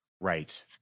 Right